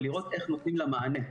ולראות איך נותנים לה מענה.